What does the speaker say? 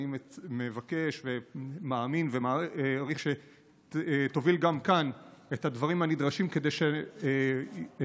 אני מבקש ומאמין ומעריך שתוביל גם כאן את הדברים הנדרשים כדי שנוכל